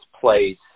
place